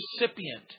recipient